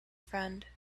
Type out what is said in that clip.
friend